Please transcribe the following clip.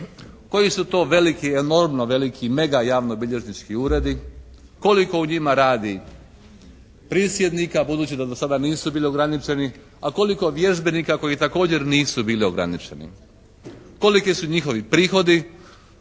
koji su to veliki, enormno veliki, mega javnobilježnički uredi? Koliko u njima radi prisjednika budući da do sada nisu bili ograničeni a koliko vježbenika koji također nisu bili ograničeni. Koliki su njihovi prihodi